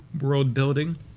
world-building